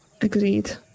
Agreed